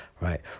right